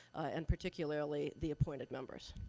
and particularly, the appointed members.